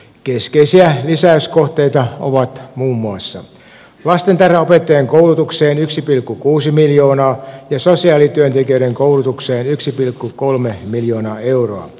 keskeisiä lisäyskohteita ovat muun muassa lastentarhaopettajankoulutukseen yksi pilkku kuusi miljoonaa ja sosiaalityöntekijöiden koulutukseen yksi pilkku kolme miljoonaa euroa